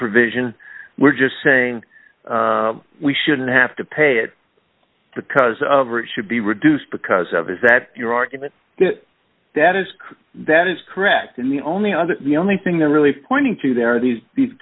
provision we're just saying we shouldn't have to pay it because of or it should be reduced because of is that your argument that is that is correct and the only other the only thing there really pointing to there are these